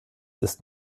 ist